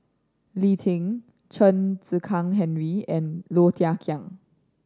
Lee Tjin Chen Henri and Low Thia Khiang